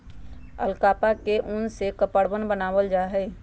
alpaca के उन से कपड़वन बनावाल जा हई